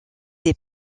des